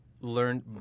learned